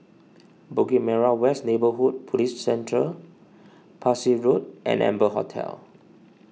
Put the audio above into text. Bukit Merah West Neighbourhood Police Centre Parsi Road and Amber Hotel